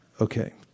Okay